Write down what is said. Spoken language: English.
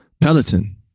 Peloton